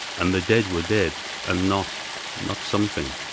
and the dead were dead and not not something.